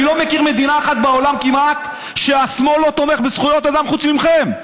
אני לא מכיר מדינה אחת בעולם כמעט שהשמאל לא תומך בזכויות אדם חוץ מכם.